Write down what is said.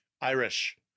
Irish